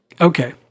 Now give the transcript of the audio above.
Okay